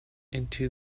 into